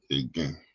again